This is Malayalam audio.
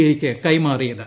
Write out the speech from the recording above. ഐ യ്ക്ക് കൈമാറിയത്